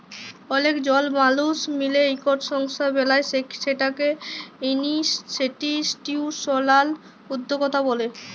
অলেক জল মালুস মিলে ইকট সংস্থা বেলায় সেটকে ইনিসটিটিউসলাল উদ্যকতা ব্যলে